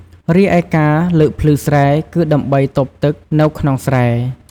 រីឯការលើកភ្លឺស្រែ គឺដើម្បីទប់ទឹកនៅក្នុងស្រែ។